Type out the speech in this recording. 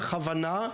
בכוונה,